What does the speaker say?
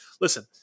listen